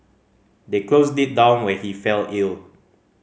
they closed it down when he fell ill